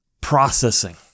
processing